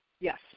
Yes